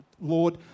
Lord